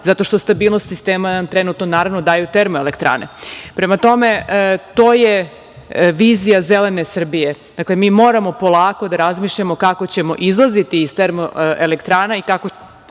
zato što stabilnost sistema nam trenutno daju termoelektrane. Prema tome, to je vizija zelene Srbije. Dakle, mi moramo polako da razmišljamo kako ćemo izlaziti iz termoelektrana i kako ćemo u narednih